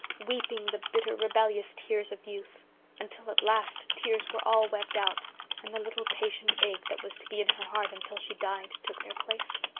weeping the bitter rebellious tears of youth until at last tears were all wept out and the little patient ache that was to be in her heart until she died took their place.